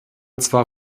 zwar